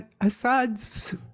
Assad's